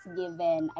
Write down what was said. given